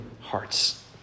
hearts